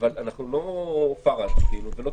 --- אני אומר לרדת לפרטים, אחרת